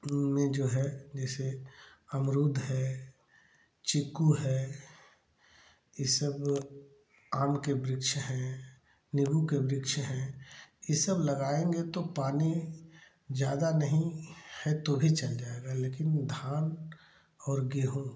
में जो है जैसे अमरूद है चीकू है ये सब आम के वृक्ष हैं नींबू के वृक्ष हैंये सब लगाएँगे तो पानी ज़्यादा नहीं है तो भी चल जाएगा लेकिन धान और गेहूँ